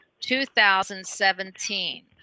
2017